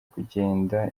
kugenda